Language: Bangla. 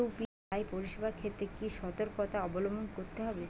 ইউ.পি.আই পরিসেবার ক্ষেত্রে কি সতর্কতা অবলম্বন করতে হবে?